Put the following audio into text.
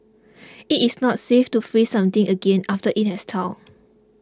it is not safe to freeze something again after it has thawed